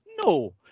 no